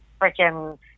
freaking